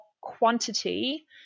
quantity